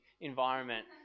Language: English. environment